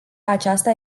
aceasta